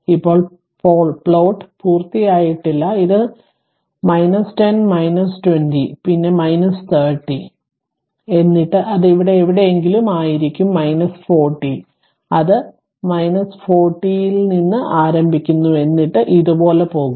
ഇപ്പോൾ പ്ലോട്ട് പൂർത്തിയായിട്ടില്ല ഇത് നിങ്ങളുടേതാണ് 10 20 പിന്നെ 30 എന്നിട്ട് അത് ഇവിടെ എവിടെയെങ്കിലും ആയിരിക്കും 40 അത് L 40 ൽ നിന്ന് ആരംഭിക്കുന്നു എന്നിട്ട് ഇത് ഇതുപോലെ പോകും